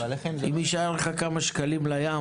אם יישארו לך כמה שקלים לים